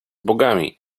bogami